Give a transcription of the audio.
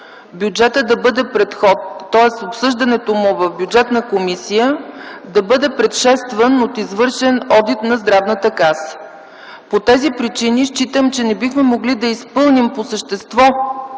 бюджетът да бъде пред-ход, тоест обсъждането му в Бюджетната комисия да бъде предшествано от извършен одит на Здравната каса. По тази причини считам, че не бихме могли да изпълним по същество